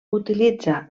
utilitza